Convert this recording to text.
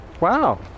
Wow